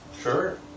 Sure